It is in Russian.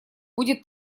будет